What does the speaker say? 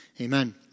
Amen